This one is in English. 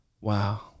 Wow